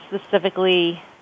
specifically